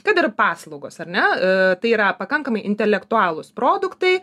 kad ir paslaugos ar ne tai yra pakankamai intelektualūs produktai